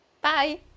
Bye